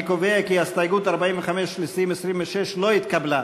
אני קובע כי הסתייגות 45 לסעיף 26 לא התקבלה.